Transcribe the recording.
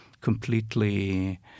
completely